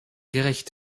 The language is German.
gerecht